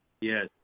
Yes